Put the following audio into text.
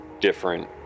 different